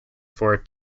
for